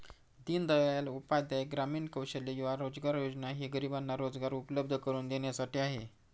दीनदयाल उपाध्याय ग्रामीण कौशल्य युवा रोजगार योजना ही गरिबांना रोजगार उपलब्ध करून देण्यासाठी आहे